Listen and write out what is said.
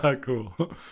cool